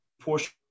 portion